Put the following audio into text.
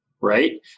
right